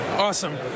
Awesome